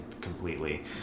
completely